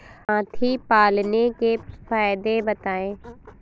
हाथी पालने के फायदे बताए?